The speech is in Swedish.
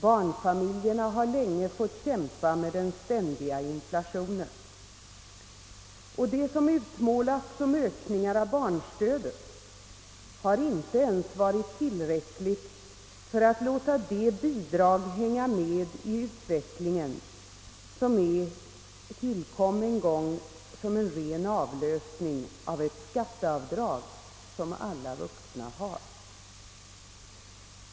Barnfamiljerna har länge fått kämpa med den ständiga inflationen och det som utmålats som ök ningar av barnstödet har inte ens varit tillräckligt för att låta det bidrag hänga med i utvecklingen som en gång tillkom som en ren avlösning av ett skatteavdrag för alla vuxna.